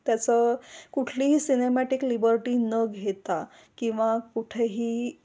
त्याचं कुठलीही cinematic liberty न घेता किंवा कुठंही